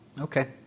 Okay